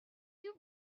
you